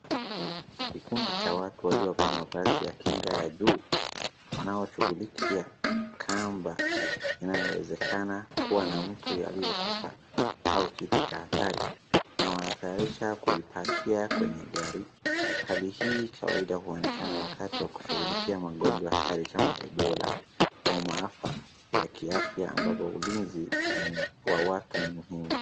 Kikundi cha watu waliovaa mavazi ya kinga ya juu wanaoshughulikia kamba inayoonekana kuwa na mtu aliyekufa au kitu cha hatari na wanatayarisha kulipakia kwenye gari. Hali hii kawaida huonekana wakati wa kushughulikia magonjwa hatari kama ebola.